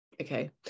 Okay